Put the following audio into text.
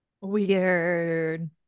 Weird